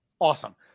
Awesome